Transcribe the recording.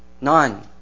None